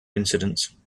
incidents